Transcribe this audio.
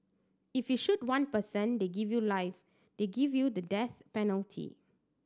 if you shoot one person they give you life they give you the death penalty